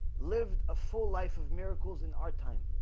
lived a full life of miracles in our time